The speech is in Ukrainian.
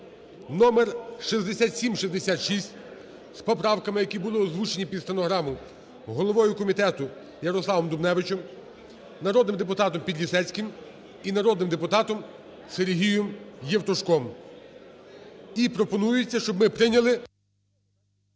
(№ 6766) з поправками, які були озвучені під стенограму головою комітету Ярославом Дубневичем, народним депутатом Підлісецьким і народним депутатом Сергієм Євтушком. І пропонується, щоб ми прийняли…